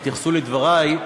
התייחסו לדברי,